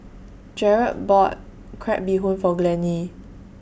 Jered bought Crab Bee Hoon For Glennie